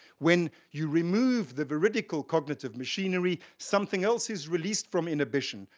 when you remove the veridical cognitive machinery, something else is released from inhibition.